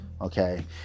Okay